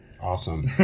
Awesome